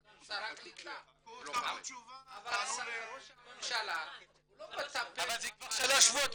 הוא שר הקליטה אבל זה כבר שלושה שבועות,